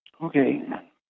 Okay